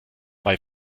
bei